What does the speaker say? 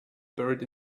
buried